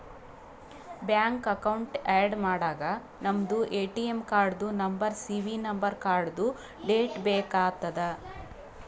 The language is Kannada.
ಬ್ಯಾಂಕ್ ಅಕೌಂಟ್ ಆ್ಯಡ್ ಮಾಡಾಗ ನಮ್ದು ಎ.ಟಿ.ಎಮ್ ಕಾರ್ಡ್ದು ನಂಬರ್ ಸಿ.ವಿ ನಂಬರ್ ಕಾರ್ಡ್ದು ಡೇಟ್ ಬೇಕ್ ಆತದ್